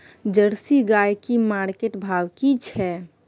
Jersey गाय की market भाव की छै?